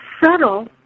subtle